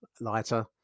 lighter